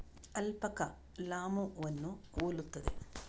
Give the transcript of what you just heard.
alpaca ಲಾಮೂವನ್ನು ಹೋಲುತ್ತದೆ